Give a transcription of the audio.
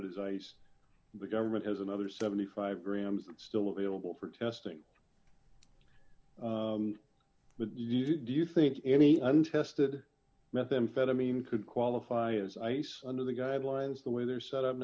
it is ice the government has another seventy five grams still available for testing but you do you think any untested methamphetamine could qualify as ice under the guidelines the way they're set up